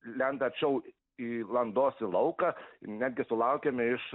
lenda arčiau į landos į lauką netgi sulaukiame iš